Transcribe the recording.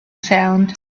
sound